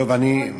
טוב, אני מצטער.